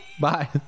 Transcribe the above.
bye